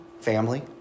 Family